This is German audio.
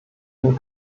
den